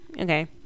Okay